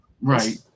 right